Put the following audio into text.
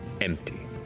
empty